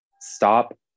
stop